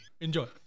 Enjoy